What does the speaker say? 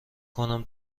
کنم